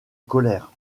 colère